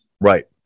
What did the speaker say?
Right